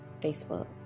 Facebook